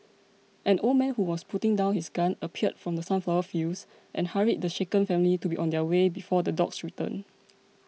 an old man who was putting down his gun appeared from the sunflower fields and hurried the shaken family to be on their way before the dogs return